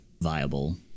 viable